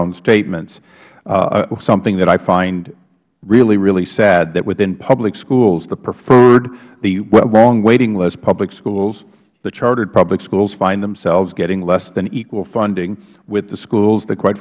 own statements something that i find really really sad that within public schools the preferred long waiting list public schools the chartered public schools find themselves getting less than equal funding with the schools that quite